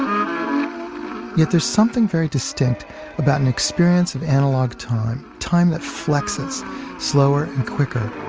um yet there's something very distinct about an experience of analog time, time that flexes slower and quicker,